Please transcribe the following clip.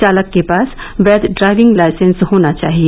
चालक के पास वैध ड्राइविंग लाइसेंस होना चाहिए